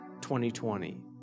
2020